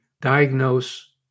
diagnose